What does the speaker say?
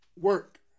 work